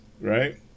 right